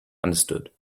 understood